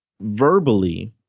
verbally